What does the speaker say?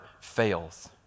fails